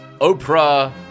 Oprah